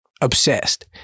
obsessed